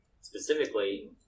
specifically